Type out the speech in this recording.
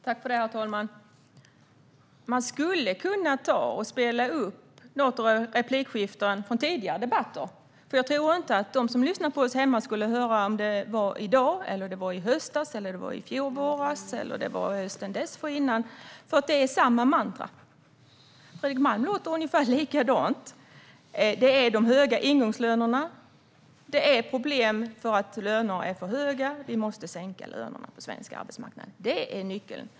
Herr talman! Man skulle kunna spela upp replikskiften från tidigare debatter, för jag tror inte att de som sitter hemma och lyssnar på oss skulle höra om det var i dag, i höstas, i våras eller hösten dessförinnan. Det är nämligen samma mantra som upprepas - Fredrik Malm låter ungefär likadant. Det talas om de höga ingångslönerna. Det finns problem med att lönerna är för höga, och vi måste sänka lönerna på den svenska arbetsmarknaden. Detta är nyckeln!